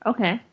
Okay